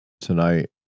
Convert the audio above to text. tonight